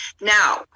Now